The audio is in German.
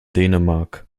dänemark